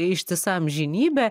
ištisa amžinybė